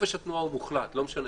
חופש התנועה הוא מוחלט, לא משנה.